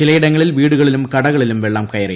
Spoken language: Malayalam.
ചിലയിടങ്ങളിൽ വീടുകളിലും കടകളിലും വെള്ളം കയറി